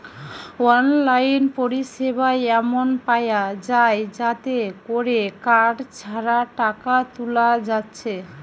online পরিসেবা এমন পায়া যায় যাতে কোরে কার্ড ছাড়া টাকা তুলা যাচ্ছে